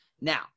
Now